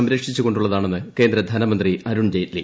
സംരക്ഷിച്ചു കൊണ്ടുള്ളതാണെന്ന് കേന്ദ്ര ധനമന്ത്രി അരുൺ ജെയ്റ്റ്ലി